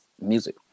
music